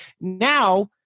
Now